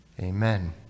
Amen